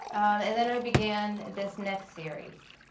and then i began this next series.